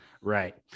Right